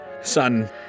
son